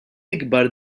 ikbar